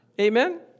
Amen